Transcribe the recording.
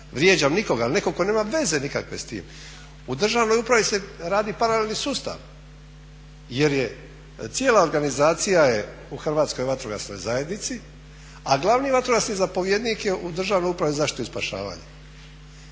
vrijeđam nikoga ali netko nema veze nikakve s tim. U državnoj upravi se radi paralelni sustav jer je cijela organizacija u Hrvatskoj vatrogasnoj zajednici, a glavni vatrogasni zapovjednik je u Državnoj upravi za zaštitu i spašavanje.